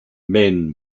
men